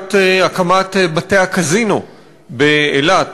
סוגיית הקמת בתי-הקזינו באילת.